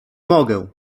mogę